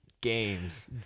Games